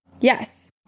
Yes